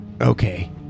okay